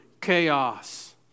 chaos